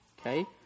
Okay